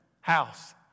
house